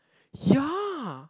ya